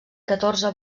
catorze